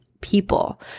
people